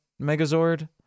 megazord